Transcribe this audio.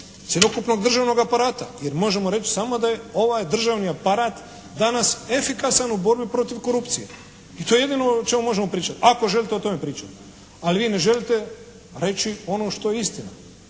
cjelokupnog državnog aparata, jer možemo reći samo da je ovaj državni aparat danas efikasan u borbi protiv korupcije i to je jedino o čemu možemo pričati. Ako želite o tome pričati. Ali vi ne želite reći ono što je istina.